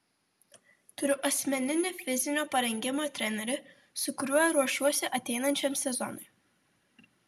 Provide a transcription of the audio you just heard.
turiu asmeninį fizinio parengimo trenerį su kuriuo ruošiuosi ateinančiam sezonui